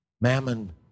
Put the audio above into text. mammon